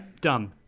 done